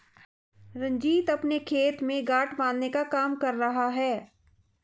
रंजीत अपने खेत में गांठ बांधने का काम कर रहा है